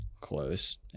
close